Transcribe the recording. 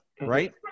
Right